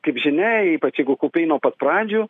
kaip žinia ypač jeigu kaupei nuo pat pradžių